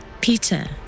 Peter